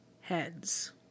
heads